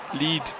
lead